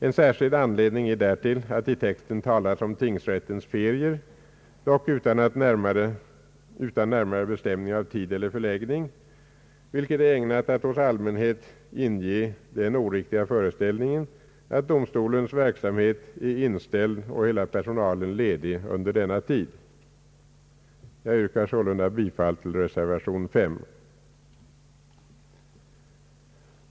En särskild anledning är därtill att i texten talas om tingsrättens ferier — dock utan närmare bestämning av tid eller förläggning — vilket är ägnat att hos allmänheten inge den oriktiga föreställningen att domstolens verksamhet är inställd och hela personalen ledig under denna tid. Jag yrkar sålunda bifall till reservation 5.